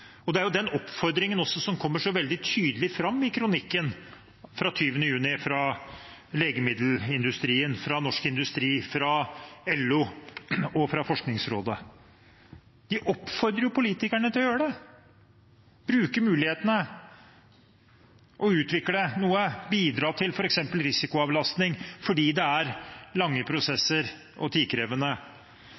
Det er den oppfordringen som også kommer så veldig tydelig fram i kronikken fra 20. mai fra Legemiddelindustrien, Norsk Industri, LO og Forskningsrådet. De oppfordrer politikerne til å gjøre det, til å bruke mulighetene og utvikle noe, å bidra til f.eks. risikoavlastning, fordi det er lange prosesser og tidkrevende.